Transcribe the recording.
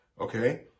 Okay